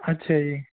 ਅੱਛਾ ਜੀ